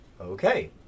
Okay